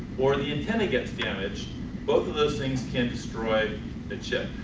or the antenna gets damaged both of those things can destroy the chip.